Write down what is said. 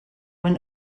when